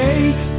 Take